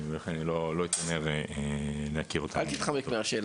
לכן אני לא אתיימר להכיר אותם הכי טוב.